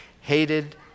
hated